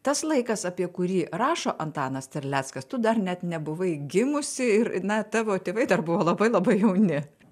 tas laikas apie kurį rašo antanas terleckas tu dar net nebuvai gimusi ir na tavo tėvai dar buvo labai labai jauni